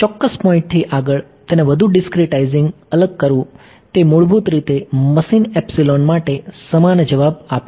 ચોક્કસ પોઈન્ટથી આગળ તેને વધુ ડીસ્ક્રીટાઇઝિંગથી અલગ કરવું એ મૂળભૂત રીતે મશીન એપ્સીલોન માટે સમાન જવાબ આપે છે